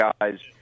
guys